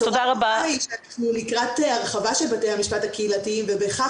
אנחנו לקראת הרחבה של בתי המשפט הקהילתיים ובכך